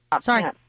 sorry